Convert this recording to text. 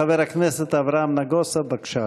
חבר הכנסת אברהם נגוסה, בבקשה,